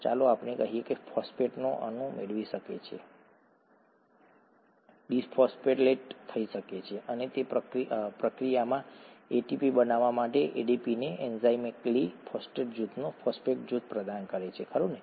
ચાલો આપણે કહીએ કે ફોસ્ફેટનો અણુ મેળવી શકે છે મેળવી શકે છે ડિફોસ્ફોર્લેટ થઈ શકે છે અને તે પ્રક્રિયામાં એટીપી બનાવવા માટે એડીપીને એન્ઝાઇમેટિકલી ફોસ્ફેટ જૂથને ફોસ્ફેટ જૂથ પ્રદાન કરે છે ખરું ને